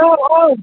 औ औ